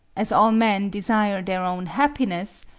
as all men desire their own happiness,